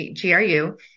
GRU